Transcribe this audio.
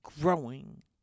growing